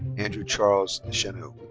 andrew charles descheneaux.